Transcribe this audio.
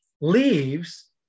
leaves